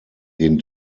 den